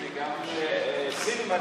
שניים.